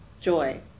Joy